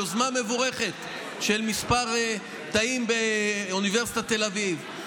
יוזמה מבורכת של כמה תאים באוניברסיטת תל אביב,